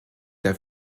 der